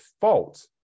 fault